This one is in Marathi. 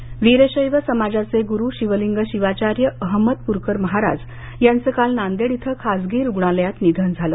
निधन वीरशैव समाजाचे गुरू शिवलिंग शिवाचार्य अहमदपूरकर महाराज यांचं काल नांदेड इथं खाजगी रूग्णालयात निधन झालं